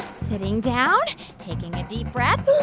sitting down, taking a deep breath.